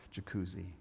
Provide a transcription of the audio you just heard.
jacuzzi